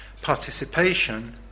participation